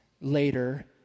Later